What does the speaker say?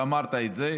ואמרת את זה,